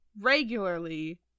regularly